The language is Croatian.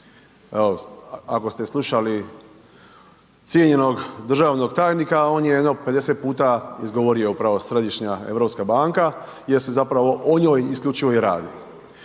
ako ste slušali cijenjenog državnog tajnika, on je jedno 50 puta izgovorio upravo Središnja europska banka jer se zapravo o njoj isključivo o radi.